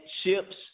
ships